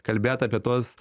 kalbėt apie tuos